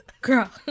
Girl